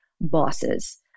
bosses